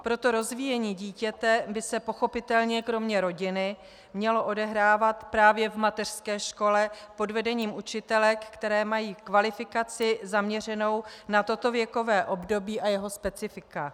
Proto rozvíjení dítěte by se pochopitelně kromě rodiny mělo odehrávat právě v mateřské škole pod vedením učitelek, které mají kvalifikaci zaměřenou na toto věkové období a jeho specifika.